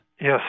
Yes